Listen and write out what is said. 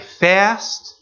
fast